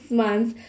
months